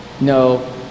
No